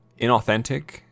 inauthentic